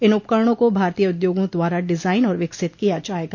इन उपकरणों को भारतीय उद्योगों द्वारा डिजाइन और विकसित किया जाएगा